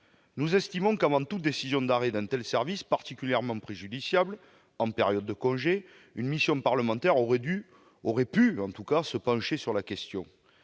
Nous estimons qu'avant toute décision d'arrêt d'un tel service, particulièrement préjudiciable en période de congés, une mission parlementaire aurait pu se pencher sur la question.